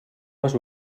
les